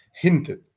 hinted